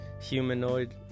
humanoid